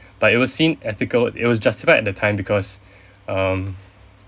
but it was seen ethical it was justified at that time because um